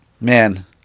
man